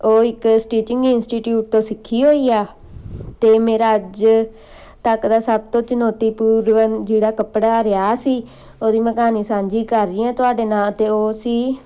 ਉਹ ਇੱਕ stitching institute ਤੋਂ ਸਿੱਖੀ ਹੋਈ ਆ ਅਤੇ ਮੇਰਾ ਅੱਜ ਤੱਕ ਦਾ ਸਭ ਤੋਂ ਚੁਣੌਤੀਪੂਰਨ ਜਿਹੜਾ ਕੱਪੜਾ ਰਿਹਾ ਸੀ ਉਹਦੀ ਮੈਂ ਕਹਾਣੀ ਸਾਂਝੀ ਕਰ ਰਹੀ ਹਾਂ ਤੁਹਾਡੇ ਨਾਲ ਅਤੇ ਉਹ ਸੀ